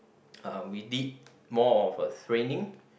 uh we did more of a training